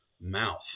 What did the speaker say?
mouth